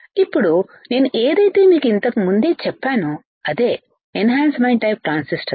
ఇప్పుడు నేను ఏదైతే మీకు ఇంతకు ముందే చెప్పానో అదే ఎన్ హాన్సమెంట్ టైపు ట్రాన్సిస్టర్లు